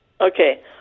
Okay